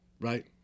Right